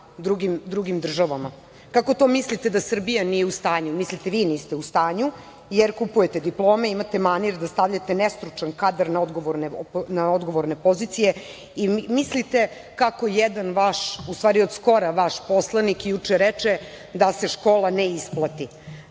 drugim državama? Kako to mislite da Srbija nije u stanju? Mislite vi niste u stanju, jer kupujete diplome, imate manir da stavljate nestručan kadar na odgovorne pozicije i mislite kako jedan vaš, od skora vaš poslanik juče reče da se škola ne isplati. Narodni